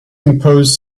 impose